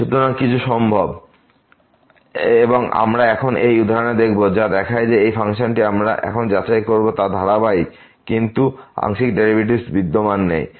সুতরাং কিছু সম্ভব এবং আমরা এখন এই উদাহরণে দেখব যা দেখায় যে এই ফাংশনটি আমরা এখন যাচাই করব তা ধারাবাহিক কিন্তু এর আংশিক ডেরিভেটিভস বিদ্যমান নেই